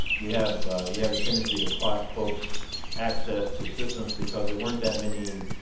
you have you have a tendency to clock folk's access to systems because there weren't that many